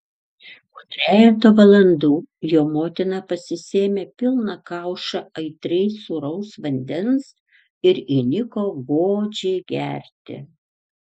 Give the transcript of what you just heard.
po trejeto valandų jo motina pasisėmė pilną kaušą aitriai sūraus vandens ir įniko godžiai gerti